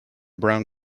brown